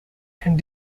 and